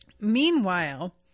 meanwhile